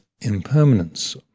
impermanence